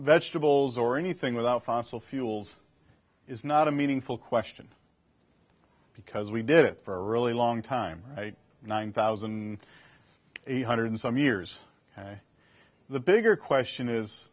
vegetables or anything without fossil fuels is not a meaningful question because we did it for a really long time one thousand eight hundred some years the bigger question is